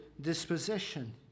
disposition